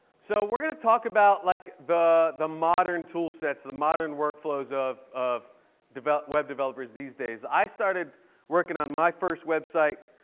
so we're going to talk about like the the modern tool sets, the modern workflows of of web developers these days. i started working on my first website